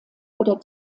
oder